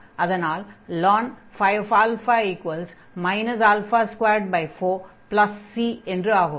அதனால் ln ϕα 24c என்று ஆகும்